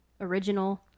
original